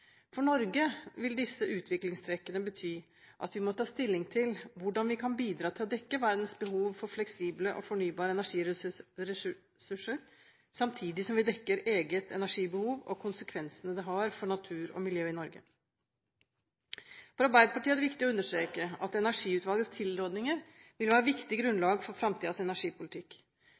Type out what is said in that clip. For Norge vil disse utviklingstrekkene bety at vi må ta stilling til hvordan vi kan bidra til å dekke verdens behov for fleksible og fornybare energiressurser, samtidig som vi dekker eget energibehov, og konsekvensene det har for natur og miljø i Norge. For Arbeiderpartiet er det viktig å understreke at Energiutvalgets tilrådinger vil være et viktig grunnlag for framtidens energipolitikk.